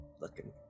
looking